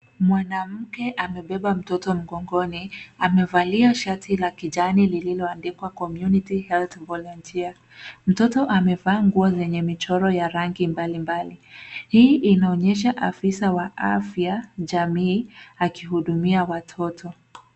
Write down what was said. Mwanamke amebeba mtoto mgongoni, amevalia shati la kijani lililoandikwa COMMUNITY HEALTH VOLUNTEER .Mtoto amevaa nguo zenye michoro ya rangi mbalimbali. Hii inaonyesha afisa wa afya, jamii akihudumia watoto.